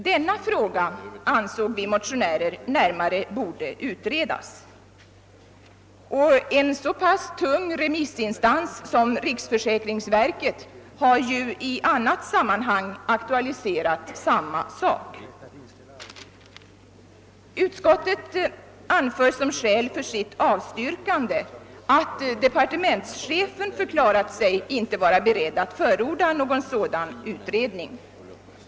Vi motionärer ansåg att denna fråga borde närmare utredas. En så pass tung remissinstans som riksförsäkringsverket har ju i annat sammanhang aktualiserat samma sak. Utskottet anför som skäl för sitt avstyrkande att departementschefen förklarat sig inte vara beredd att förorda någon sådan utredning.